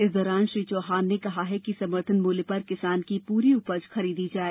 इस दौरान श्री चौहान ने कहा कि समर्थन मूल्य पर किसान की पूरी उपज खरीदी जाए